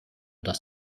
dass